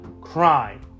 crime